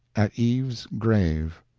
at eve's grave